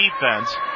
defense